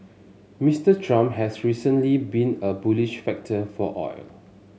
Mister Trump has recently been a bullish factor for oil